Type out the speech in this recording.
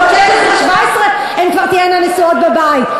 בנות 17-16, הן כבר תהיינה נשואות בבית.